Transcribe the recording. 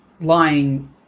lying